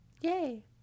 Yay